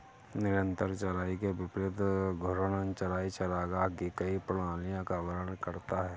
निरंतर चराई के विपरीत घूर्णन चराई चरागाह की कई प्रणालियों का वर्णन करता है